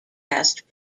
cast